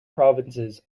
provinces